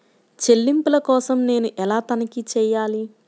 చెల్లింపుల కోసం నేను ఎలా తనిఖీ చేయాలి?